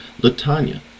LaTanya